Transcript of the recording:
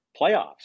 playoffs